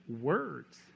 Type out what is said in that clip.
words